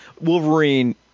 Wolverine